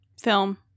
film